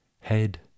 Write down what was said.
head